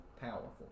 powerful